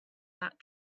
that